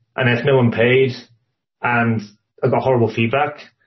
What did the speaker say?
and if no one pays and a horrible feedback,